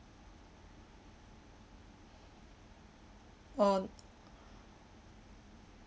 on